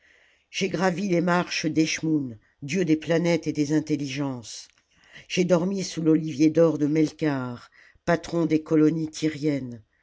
j'ai gravi les marches d'eschmoûn dieu des planètes et des intelligences j'ai dormi sous l'olivier d'or de melkarth patron des colonies tyriennes